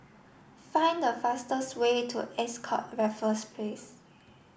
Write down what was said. find the fastest way to Ascott Raffles Place